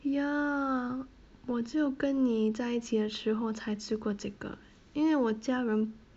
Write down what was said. ya 我就跟你在一起的时候才吃过这个因为我家人